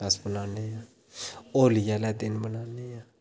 अस बनान्ने आं होली आह्ले दिन बनाने आं